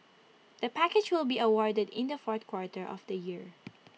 the package will be awarded in the fourth quarter of the year